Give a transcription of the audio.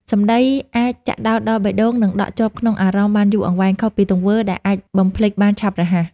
សម្ដីអាចចាក់ដោតដល់បេះដូង និងដក់ជាប់ក្នុងអារម្មណ៍បានយូរអង្វែង ខុសពីទង្វើដែលអាចបំភ្លេចបានឆាប់រហ័ស។